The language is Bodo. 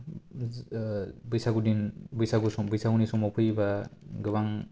बैसागु दिन बैसागु सम बैसागुनि समाव फैयोबा गोबां